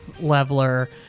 leveler